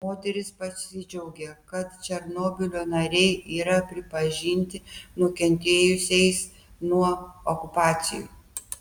moteris pasidžiaugė kad černobylio nariai yra pripažinti nukentėjusiais nuo okupacijų